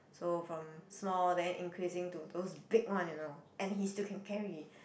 so from small then increasing to those big one you know and he still can carry